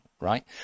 right